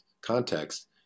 context